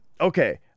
Okay